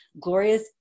Gloria's